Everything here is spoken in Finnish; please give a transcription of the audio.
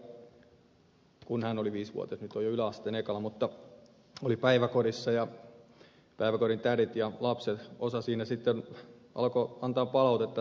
itselläni kun poika silloin hän oli viisivuotias nyt on jo yläasteen ekalla oli päiväkodissa niin päiväkodin tädit ja lapset siinä sitten alkoivat antaa palautetta että on kiusaaja